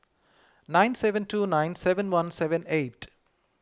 nine seven two nine seven one seven eight